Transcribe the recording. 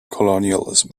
colonialism